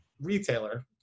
retailer